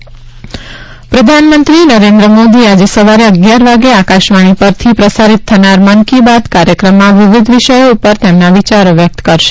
મન કી બાત પ્રધાનમંત્રી નરેન્દ્ર મોદી આજે સવારે અગીયાર વાગે આકાશવાણી પરથી પ્રસારિત થનાર મન કી બાત કાર્યક્રમમાં વિવિધ વિષયો ઉપર તેમના વિચારો વ્યકત કરશે